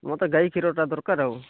ମୋର୍ ତ ଗାଇ କ୍ଷୀରଟା ଦରକାର୍ ଆଉ